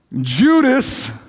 Judas